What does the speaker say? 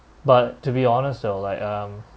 but to be honest though like um